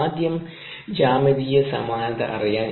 ആദ്യം ജ്യാമിതീയ സമാനത അറിയാൻ